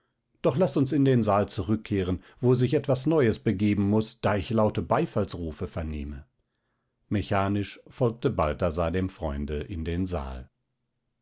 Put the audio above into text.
doch laß uns in den saal zurückkehren wo sich etwas neues begeben muß da ich laute beifallsrufe vernehme mechanisch folgte balthasar dem freunde in den saal